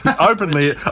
openly